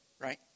right